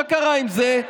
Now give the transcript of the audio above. מה קרה עם זה?